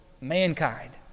mankind